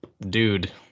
dude